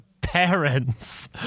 parents